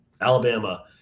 Alabama